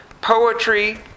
poetry